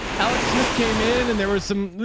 alex smith came in and there were some,